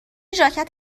ژاکت